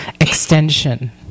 extension